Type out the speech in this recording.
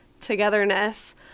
togetherness